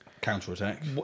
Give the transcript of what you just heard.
Counter-attack